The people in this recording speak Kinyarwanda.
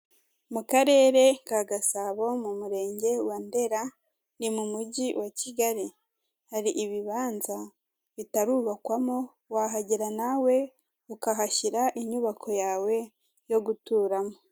Mu karere ka Gasabo mu murenge wa ndera ni mu mujyi wa Kigali hari ibibanza bitarubakwamo wahagera nawe ukahashyira inyubako yawe yo guturamo.